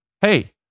Hey